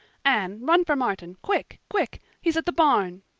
anne, run for martin quick, quick! he's at the barn.